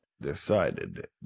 decided